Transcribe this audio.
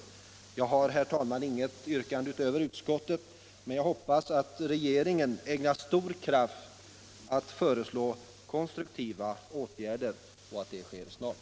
Jag har inget yrkande utöver utskottets men hoppas att regeringen ägnar stor kraft åt att föreslå konstruktiva åtgärder och att det sker snart.